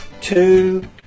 two